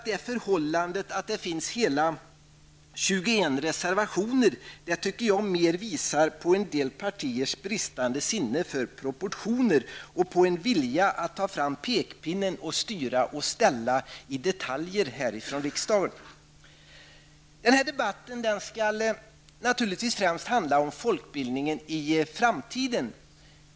Det förhållandet att det finns hela 21 reservationer tyder mer på en del partiers bristande sinne för proportioner och på en vilja att ta fram pekpinnen för att styra och ställa i detaljer här ifrån riksdagen. Den här debatten skall naturligtvis främst handla om folkbildningen i framtiden.